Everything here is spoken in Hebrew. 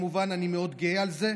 ממרצ, כמובן, אני מאוד גאה על זה,